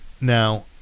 Now